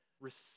receive